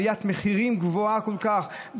עליית מחירים גבוהה כל כך,